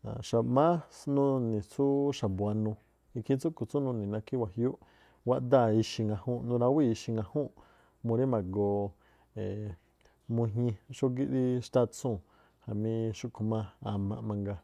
más nuni̱ tsú xa̱bua̱nuu ikhin tsúꞌkhu̱ tsú nini̱ nákhí wajiúúꞌ, wáꞌdáa̱ ixi̱ nurawíi̱ ixi̱ ŋajuunꞌ murí ma̱goo mujñi xógíꞌ rí xtátsúu̱n. Jamí xúꞌkhu̱ má amaꞌ mangaa.